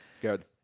Good